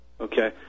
Okay